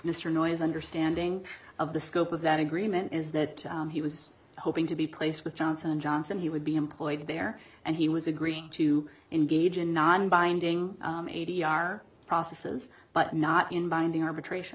mr noyes understanding of the scope of that agreement is that he was hoping to be placed with johnson and johnson he would be employed there and he was agreeing to engage in non binding a t r processes but not in binding arbitration